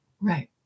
Right